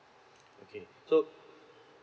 okay so